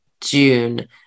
June